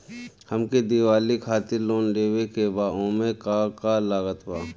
हमके दिवाली खातिर लोन लेवे के बा ओमे का का लागत बा?